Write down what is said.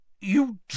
You